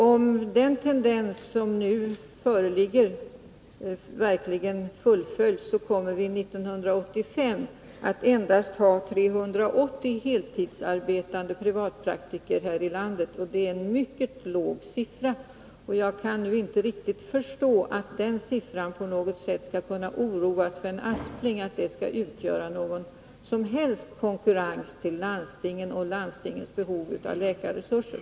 Om den tendens som nu föreligger verkligen fortsätter, kommer vi 1985 att ha endast 380 heltidsarbetande privatpraktiker här i landet, och det är en mycket låg siffra. Jag kan inte riktigt förstå att den siffran på något sätt kan oroa Sven Aspling — att den skulle kunna ses som ett bevis för att privatpraktikerna skulle utgöra ett hot mot landstingens behov av läkarresurser.